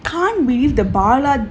can't believe the bala